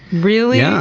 really? yeah